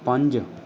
ਪੰਜ